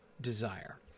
desire